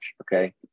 okay